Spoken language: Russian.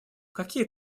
какие